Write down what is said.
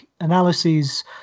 analyses